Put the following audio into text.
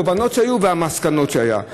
התובענות שהיו והמסקנות שהיו.